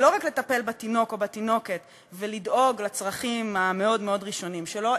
ולא רק לטפל בתינוק או בתינוקת ולדאוג לצרכים המאוד-מאוד ראשונים שלו,